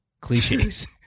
cliches